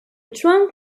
trunk